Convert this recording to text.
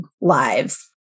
lives